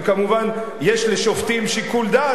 וכמובן יש לשופטים שיקול דעת,